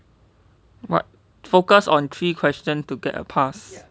focus on three questions to get a pass